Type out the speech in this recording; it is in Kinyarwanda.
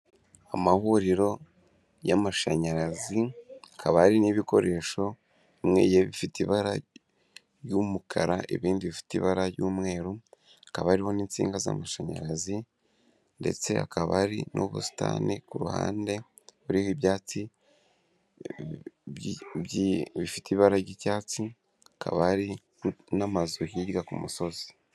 Amahuriro y'amashanyarazi akaba ari n'ibikoresho bimweye bifite ibara ry'umukara ibindi bifite ibara ry'umweru akaba ariho n'insinga z'amashanyarazi ndetse akaba ari n'ubusitani ku ruhande uriho ibyatsi bifite ibara ry'icyatsi haba hari n'amazu hirya ku musozi.